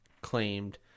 claimed